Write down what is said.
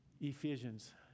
ephesians